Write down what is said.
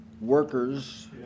workers